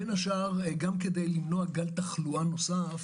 בין השאר גם כדי למנוע גל תחלואה נוסף.